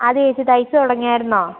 ആത് ചേച്ചി തയ്ച്ചു തുടങ്ങിയായിരുന്നോ